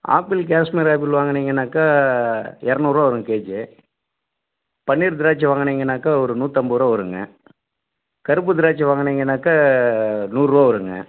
apple Kashmir apple வாங்குனிங்கனாக்கா எரநூறுபா வரும் கேஜி பன்னீர் திராட்சை வாங்குனிங்கனாக்கா ஒரு நூற்றைம்பதுரூவா வரும்ங்க கருப்பு திராட்சை வாங்குனிங்கனாக்கா நூறுரூவா வரும்ங்க